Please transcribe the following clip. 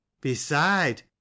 Beside